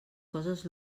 coses